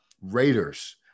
Raiders